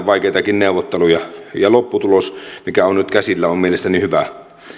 vaikeitakin neuvotteluja ja lopputulos mikä on nyt käsillä on mielestäni hyvä